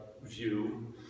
view